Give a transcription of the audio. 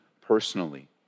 personally